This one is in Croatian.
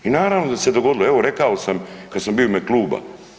I naravno da se dogodilo, evo rekao sam kad sam bio u ime kluba.